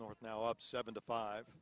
north now up seven to five